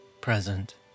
present